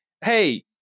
hey